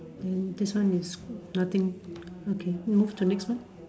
then this one is nothing okay move to next one